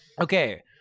Okay